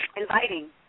inviting